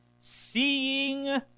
Seeing